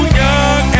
young